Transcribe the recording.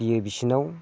बेयो बिसोरनाव